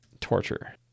torture